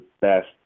best